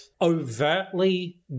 overtly